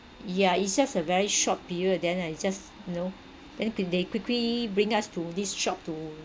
yeah it's just a very short period then ah it's just you know then qui~ they quickly bring us to this shop to